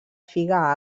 figa